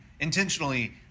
intentionally